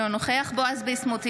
אינו נוכח בועז ביסמוט,